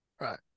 Right